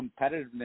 competitiveness